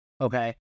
Okay